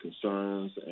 concerns